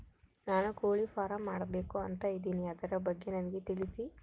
ನಾನು ಕೋಳಿ ಫಾರಂ ಮಾಡಬೇಕು ಅಂತ ಇದಿನಿ ಅದರ ಬಗ್ಗೆ ನನಗೆ ತಿಳಿಸಿ?